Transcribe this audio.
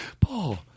Paul